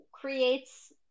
creates